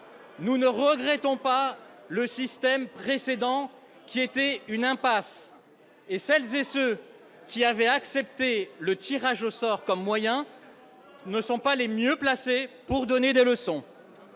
Nous ne regrettons pas le système précédent, qui était une impasse. Et celles et ceux qui avaient accepté comme outil le tirage au sort ne sont pas les mieux placés pour donner des leçons